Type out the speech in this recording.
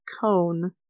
cone